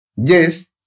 Yes